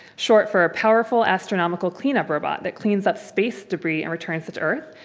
short for a powerful, astronomical cleanup robot that cleans up space debris and returns to to earth.